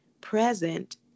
present